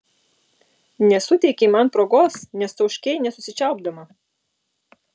nesuteikei man progos nes tauškei nesusičiaupdama